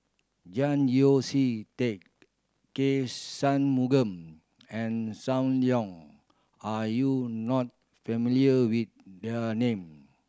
Yeo See Teck K Shanmugam and Sam Leong are you not familiar with there name